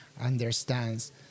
understands